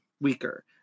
weaker